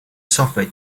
software